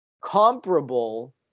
comparable